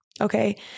Okay